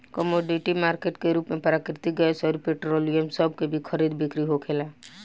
commodity market के रूप में प्राकृतिक गैस अउर पेट्रोलियम सभ के भी खरीद बिक्री होखेला